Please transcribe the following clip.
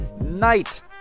night